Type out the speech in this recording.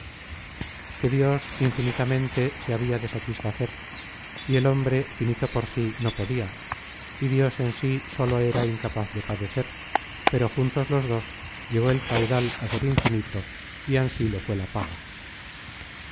que dios infinitamente se habia de satisfacer y el hombre finito por sí no podia y dios en sí solo era incapaz de padecer pero juntos los dos llegó el caudal á ser infinito y ansí lo fué la paga